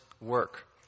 work